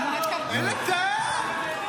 אין לתאר.